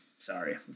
Sorry